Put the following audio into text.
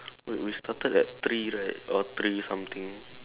wait we started at three right or three something